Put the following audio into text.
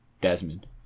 Desmond